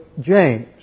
James